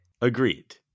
Agreed